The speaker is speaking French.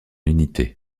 unité